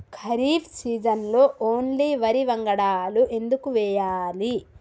ఖరీఫ్ సీజన్లో ఓన్లీ వరి వంగడాలు ఎందుకు వేయాలి?